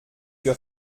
für